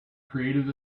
created